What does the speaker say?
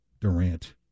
Durant